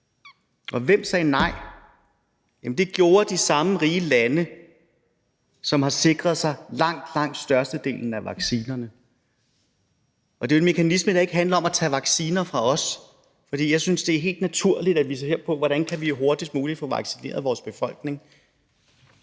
Og hvem sagde nej? Det gjorde de samme rige lande, som har sikret sig langt, langt størstedelen af vaccinerne. Det er jo en mekanisme, der ikke handler om at tage vacciner fra os – jeg synes, det er helt naturligt, at vi ser på, hvordan vi hurtigst muligt kan få vaccineret vores befolkning.